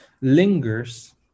lingers